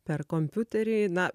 per kompiuterį na